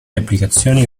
applicazioni